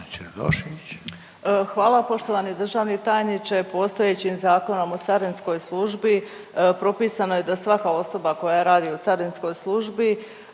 Hvala. Poštovani državni tajniče postojećim Zakonom o carinskoj službi propisano je da svaka osoba koja radi u carinskoj službi